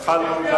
התחלנו.